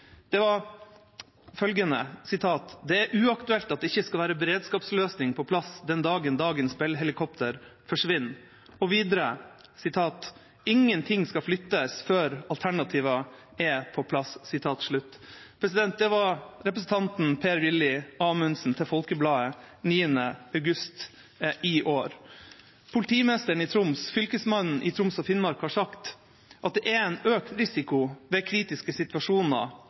da var det riktignok valgkamp, men sitatet var tydelig – at «det er helt uaktuelt at det ikke skal være en beredskapsløsning på plass den dagen Bell-helikoptrene forlater Bardufoss.» Og videre at «ingenting skal flyttes før alternativer er på plass.» Politimesteren i Troms og Fylkesmannen i Troms og Finnmark har sagt at det er en økt risiko i kritiske situasjoner